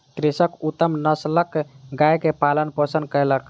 कृषक उत्तम नस्लक गाय के पालन पोषण कयलक